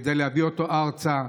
כדי להביא אותו ארצה?